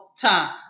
time